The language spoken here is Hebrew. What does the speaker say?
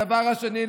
הדבר השני,